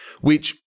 Which-